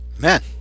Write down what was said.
Man